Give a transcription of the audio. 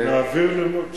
נעביר.